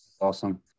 Awesome